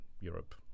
europe